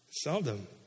seldom